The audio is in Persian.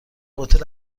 هتل